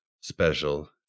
special